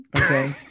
Okay